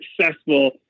successful